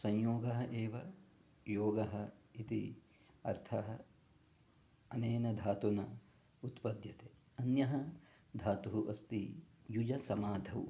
संयोगः एव योगः इति अर्थः अनेन धातुना उत्पद्यते अन्यः धातुः अस्ति युजसमाधौ